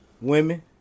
Women